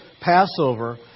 Passover